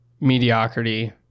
mediocrity